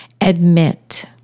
admit